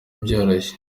byoroshye